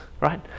right